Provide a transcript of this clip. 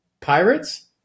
Pirates